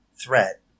threat